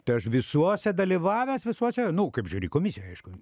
tai aš visuose dalyvavęs visuose nu kaip žiuri komisija aišku